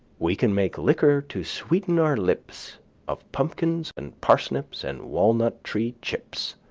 we can make liquor to sweeten our lips of pumpkins and parsnips and walnut-tree chips.